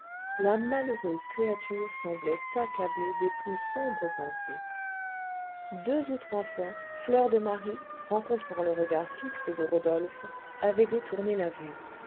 la malheureuse créature semblait accablée des plus sombres pensées deux ou trois fois fleur de marie rencontrant le regard fixe de rodolphe avait détourné la vue